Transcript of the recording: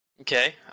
Okay